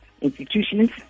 institutions